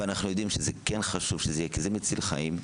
ואנחנו יודעים שזה כן חשוב שזה יהיה כי זה מציל חיים.